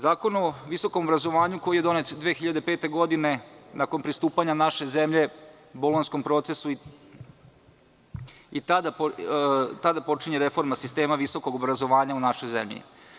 Zakon o visokom obrazovanju, koji je donet 2005. godine, nakon pristupanja naše zemlje Bolonjskom procesu, počinje reforma sistema visokog obrazovanja u našoj zemlji.